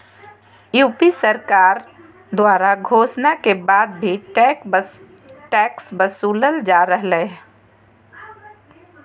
UP सरकार द्वारा घोषणा के बाद भी टैक्स वसूलल जा रहलय